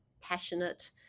passionate